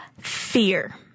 fear